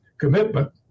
commitment